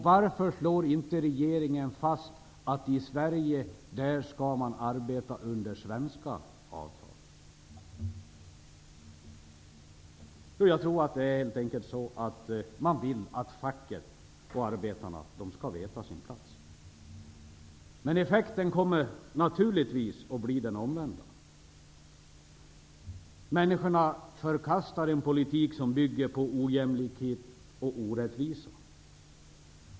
Varför slår inte regeringen fast att man i Sverige skall arbeta under svenska avtal? Jag tror att det helt enkelt är så att man vill att facket och arbetarna skall veta sin plats. Men effekten kommer givetvis att bli den omvända. Människorna förkastar en politik som bygger på ojämlikhet och orättvisa.